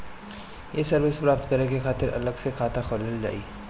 ये सर्विस प्राप्त करे के खातिर अलग से खाता खोलल जाइ?